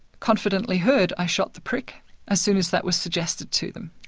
confidently heard i shot the prick as soon as that was suggested to them.